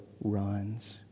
runs